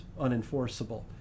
unenforceable